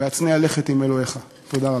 והצנע לכת עם אלהיך." תודה רבה.